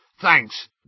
thanks